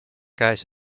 käes